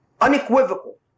unequivocal